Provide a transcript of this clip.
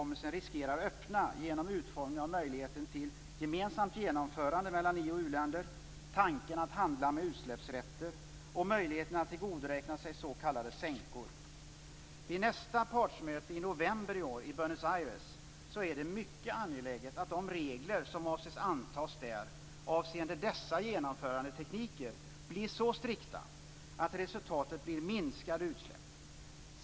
Det beror på, förutom det som kommer utifrån per luft och vatten, de utsläpp som kommer från jordbruk och trafik i första hand.